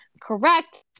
Correct